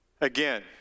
Again